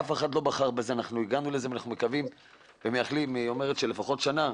אף אחד לא בחר בזה ואנחנו מאחלים ומייחלים שנהיה במצב הזה פחות משנה.